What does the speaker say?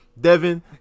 Devin